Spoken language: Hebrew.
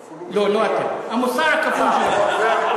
לא, לא אתם, המוסר הכפול שלכם.